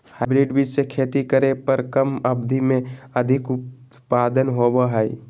hybrid बीज से खेती करे पर कम अवधि में अधिक उत्पादन होबो हइ